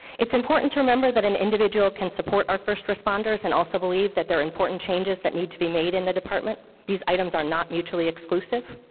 it's important to remember that an individual can support our first responders and also believe that there are important changes that need to be made in the department. these items are not mutually exclusive.